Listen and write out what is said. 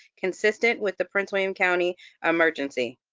consistent with the prince william county emergency.